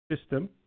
system